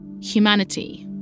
Humanity